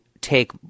take